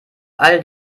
all